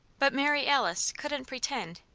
but mary alice couldn't pretend.